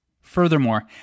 Furthermore